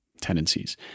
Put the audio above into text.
tendencies